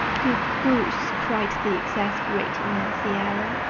you goose! cried the exasperated nancy ellen.